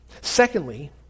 Secondly